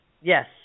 Yes